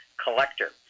collector